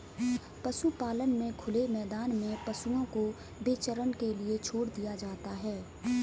पशुपालन में खुले मैदान में पशुओं को विचरण के लिए छोड़ दिया जाता है